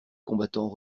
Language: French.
combattants